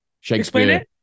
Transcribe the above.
Shakespeare